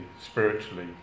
spiritually